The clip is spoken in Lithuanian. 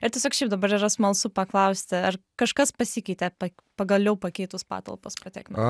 ir tiesiog šiaip dabar yra smalsu paklausti ar kažkas pasikeitė pa pagaliau pakeitus patalpas po tiek metų